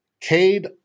Cade